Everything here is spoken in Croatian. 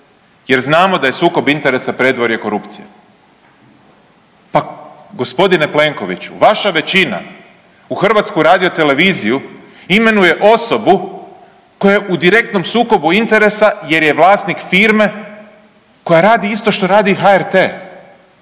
jer znamo da je sukob interesa predvorje korupcije. Pa gospodine Plenkoviću, vaša većina u HRT-u imenuje osobu koja je u direktnom sukobu interesa jer je vlasnik firme koja radi isto što radi HRT.